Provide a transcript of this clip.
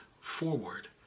forward